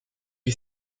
you